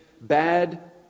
bad